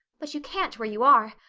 but you can't where you are.